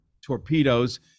torpedoes